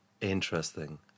Interesting